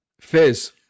Fizz